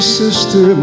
sister